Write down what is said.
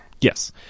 Yes